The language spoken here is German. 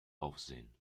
aufsehen